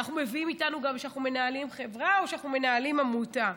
אנחנו מביאים איתנו גם כשאנחנו מנהלים חברה או מנהלים עמותה.